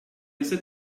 ise